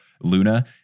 Luna